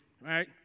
Right